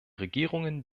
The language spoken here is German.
regierungen